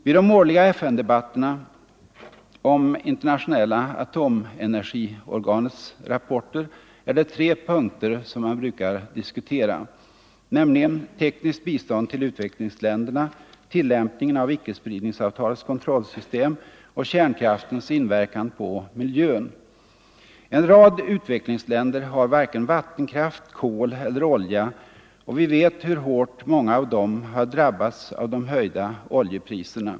Vid de årliga FN-debatterna om Internationella atomenergiorganets rapporter är det tre punkter som man brukar diskutera, nämligen tekniskt bistånd till utvecklingsländerna, tillämpningen av icke-spridningsavtalets kontrollsystem och kärnkraftens inverkan på miljön. En rad utvecklingsländer har varken vattenkraft, kol eller olja, och vi vet hur hårt många av dem har drabbats av de höga oljepriserna.